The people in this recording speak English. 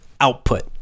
output